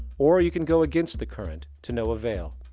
or you can go against the current to no avail.